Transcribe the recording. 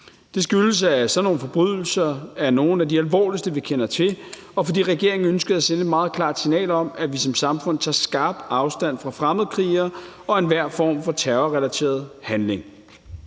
Det skyldes, at sådan nogle forbrydelser er nogle af de alvorligste, vi kender til, og at regeringen ønskede at sende et meget klart signal om, at vi som samfund tager skarpt afstand fra fremmedkrigere og enhver form for terrorrelaterede handlinger.